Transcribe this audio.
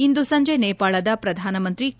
ಇಂದು ಸಂಜೆ ನೇಪಾಳದ ಪ್ರಧಾನಮಂತ್ರಿ ಕೆ